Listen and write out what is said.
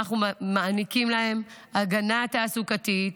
אנחנו מעניקים להם הגנה תעסוקתית.